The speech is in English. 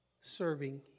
serving